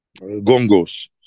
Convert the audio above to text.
gongos